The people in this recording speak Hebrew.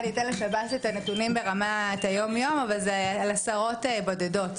אני אתן לשב"ס את הנתונים ברמת היום-יום אבל זה על עשרות בודדות.